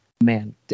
Man